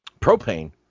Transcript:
propane